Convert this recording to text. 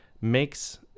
makes